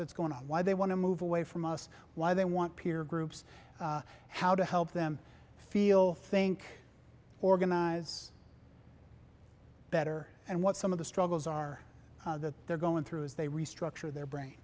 that's going on why they want to move away from us why they want peer groups how to help them feel think organize better and what some of the struggles are that they're going through as they restructure their brain